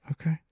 Okay